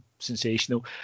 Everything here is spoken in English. Sensational